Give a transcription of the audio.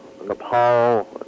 Nepal